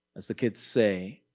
as the kids say,